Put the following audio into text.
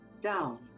down